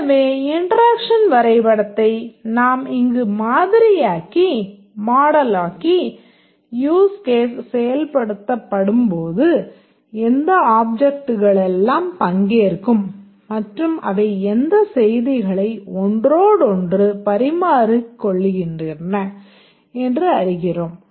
எனவே இன்டெராக்ஷன் வரைபடத்தை நாம் இங்கு மாதிரியாக்கி யூஸ் கேஸ் செயல்படுத்தப் படும்போது எந்த ஆப்ஜெக்ட்களெல்லாம் பங்கேற்கும் மற்றும் அவை எந்த செய்திகளை ஒன்றோடொன்று பரிமாறிக்கொள்கின்றன என்று அறிகிறோம்